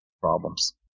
Problems